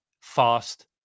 fast